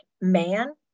man